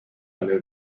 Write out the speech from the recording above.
eine